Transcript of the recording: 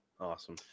Awesome